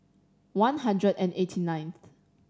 one hundred and eighty nineth